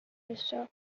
vista